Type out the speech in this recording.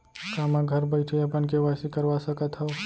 का मैं घर बइठे अपन के.वाई.सी करवा सकत हव?